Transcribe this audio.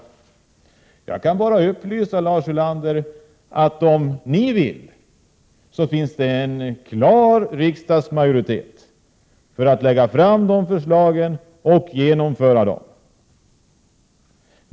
Jag kan bara upplysa Lars Ulander att om socialdemokratin vill så finns en klar riksdagsmajoritet för att genomföra sådana förslag.